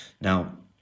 Now